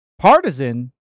Partisan